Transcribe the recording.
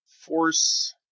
force